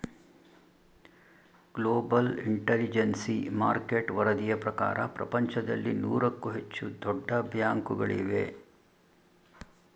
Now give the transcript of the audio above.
global intelligence market ವರದಿಯ ಪ್ರಕಾರ ಪ್ರಪಂಚದಲ್ಲಿ ನೂರಕ್ಕೂ ಹೆಚ್ಚು ದೊಡ್ಡ ಬ್ಯಾಂಕುಗಳಿವೆ